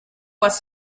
was